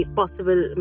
possible